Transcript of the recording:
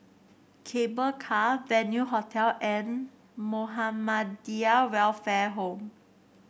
Cable Car Venue Hotel and Muhammadiyah Welfare Home